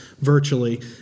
virtually